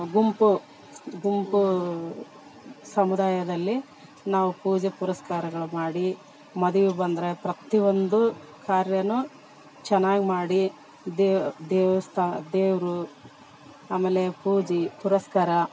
ಗುಂಪು ಗುಂಪೂ ಸಮುದಾಯದಲ್ಲಿ ನಾವು ಪೂಜೆ ಪುನಸ್ಕಾರಗಳ ಮಾಡಿ ಮದುವೆ ಬಂದರೆ ಪ್ರತಿಒಂದು ಕಾರ್ಯ ಚೆನ್ನಾಗ್ ಮಾಡಿ ದೇವಸ್ಥಾನ ದೇವರು ಆಮೇಲೆ ಪೂಜೆ ಪುನಸ್ಕಾರ